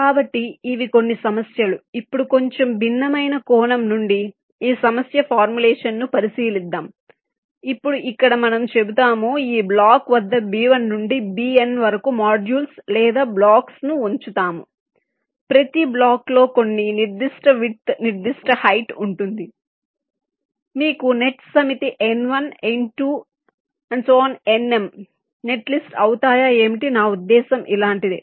కాబట్టి ఇవి కొన్ని సమస్యలు ఇప్పుడు కొంచెం భిన్నమైన కోణం నుండి ఈ సమస్య ఫార్ములేషన్ ను పరిశీలిద్దాం ఇప్పుడు ఇక్కడ మనం చెబుతాము ఈ బ్లాక్ వద్ద B1 నుండి Bn వరకు మాడ్యూల్స్ లేదా బ్లాక్స్ ను ఉంచుతాము ప్రతి బ్లాక్లో కొన్ని నిర్దిష్ట విడ్త్ నిర్దిష్ట హైట్ ఉంటుంది మీకు నెట్స్ సమితి N1 N2 Nm net list అవుతాయా ఏమిటి నా ఉద్దేశ్యం ఇలాంటిదే